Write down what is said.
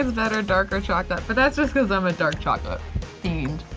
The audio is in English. ah better darker chocolate, but that's just because i'm a dark chocolate fiend.